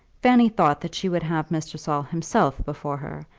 fanny thought that she would have mr. saul himself before her,